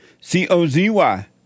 C-O-Z-Y